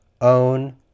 own